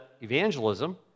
evangelism